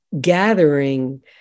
gathering